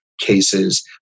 cases